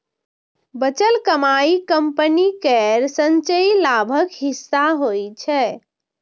बचल कमाइ कंपनी केर संचयी लाभक हिस्सा होइ छै